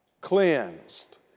cleansed